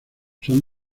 son